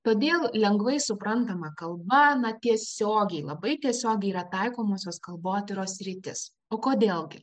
todėl lengvai suprantama kalba na tiesiogiai labai tiesiogiai yra taikomosios kalbotyros sritis o kodėl gi